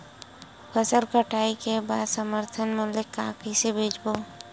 फसल कटाई के बाद समर्थन मूल्य मा कइसे बेचबो?